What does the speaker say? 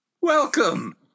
welcome